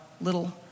little